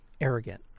arrogant